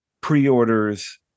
pre-orders